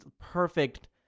perfect